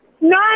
No